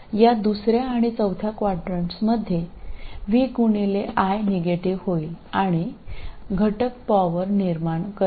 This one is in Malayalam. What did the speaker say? ഈ ക്വാഡ്രന്റുകളിൽ രണ്ടാമത്തെയും നാലാമത്തെയും ക്വാഡ്രന്റുകൾ v തവണ i നെഗറ്റീവ് ആകുകയും മൂലകം ഊർജ്ജം സൃഷ്ടിക്കുകയും ചെയ്യും